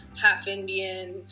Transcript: half-Indian